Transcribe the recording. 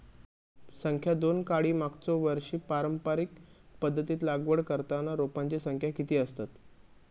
संख्या दोन काडी मागचो वर्षी पारंपरिक पध्दतीत लागवड करताना रोपांची संख्या किती आसतत?